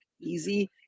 easy